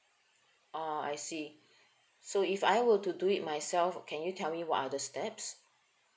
oh I see so if I were to do it myself can you tell me what are the steps